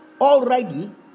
already